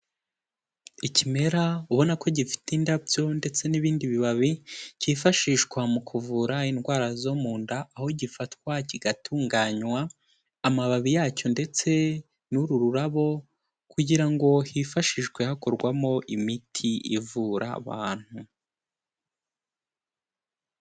Ikimera ubona ko gifite indabyo ndetse n'ibindi bibabi, cyifashishwa mu kuvura indwara zo mu nda, aho gifatwa kigatunganywa, amababi yacyo ndetse n'uru rurabo kugira ngo hifashishwe hakorwamo imiti ivura abantu.